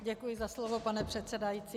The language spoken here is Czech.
Děkuji za slovo, pane předsedající.